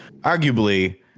arguably